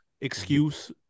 excuse